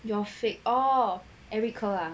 your fake or every car lah